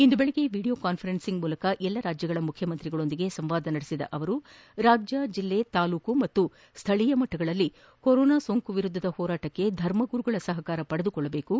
ಇಂದು ಬೆಳಗ್ಗೆ video conference ಮೂಲಕ ಎಲ್ಲ ರಾಜ್ಯಗಳ ಮುಖ್ಯಮಂತ್ರಿಗಳೊಂದಿಗೆ ಸಂವಾದ ನಡೆಸಿದ ಅವರು ರಾಜ್ಯ ಜಿಲ್ಲೆ ತಾಲೂಕು ಮತ್ತು ಶ್ಯೀಯ ಮಟ್ಟಗಳಲ್ಲಿ ಕೊರೋನಾ ಸೋಂಕು ವಿರುದ್ಧದ ಹೋರಾಟಕ್ಕೆ ಧರ್ಮಗುರುಗಳ ಸಪಕಾರ ಪಡೆಯಬೇಕು